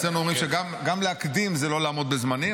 אצלנו אומרים שגם להקדים זה לא לעמוד בזמנים,